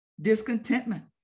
discontentment